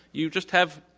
you just have,